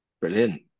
Brilliant